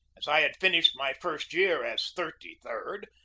as i had fin ished my first year as thirty-third,